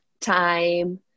time